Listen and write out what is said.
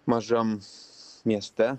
mažam mieste